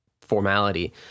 formality